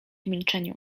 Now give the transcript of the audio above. milczeniu